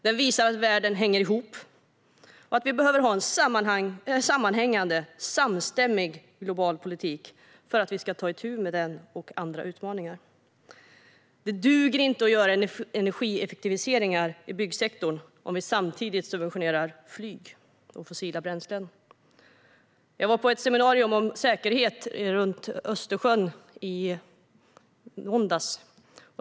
Den visar att världen hänger ihop och att vi behöver ha en sammanhängande, samstämmig global politik för att vi ska kunna ta itu med den och andra utmaningar. Det duger inte att göra energieffektiviseringar i byggsektorn om vi samtidigt subventionerar flyg och fossila bränslen. Jag var på ett seminarium om säkerhet runt Östersjön i måndags.